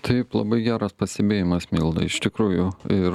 taip labai geras pastebėjimas milda iš tikrųjų ir